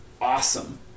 awesome